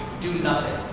do nothing.